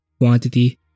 quantity